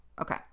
Okay